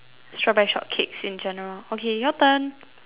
strawberry shortcakes in general okay your turn